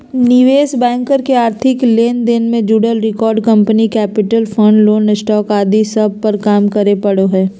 निवेश बैंकर के आर्थिक लेन देन से जुड़ल record, company capital, fund, loan, stock आदि सब पर काम करे पड़ो हय